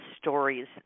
stories